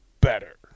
better